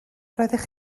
roeddech